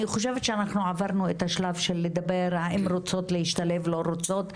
אני חושבת שאנחנו עברנו את השלב של לדבר על אם רוצות להשתלב לא רוצות,